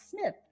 Smith